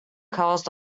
caused